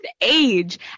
age